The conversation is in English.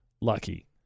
lucky